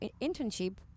internship